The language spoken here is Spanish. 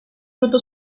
fruto